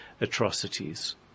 atrocities